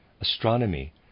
astronomy